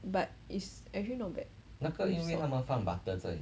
but is actually not bad with salt